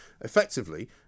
effectively